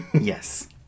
Yes